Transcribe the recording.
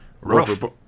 Rover